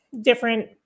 different